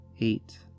eight